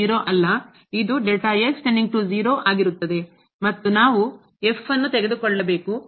ಮತ್ತು ನಾವು ತೆಗೆದುಕೊಳ್ಳಬೇಕು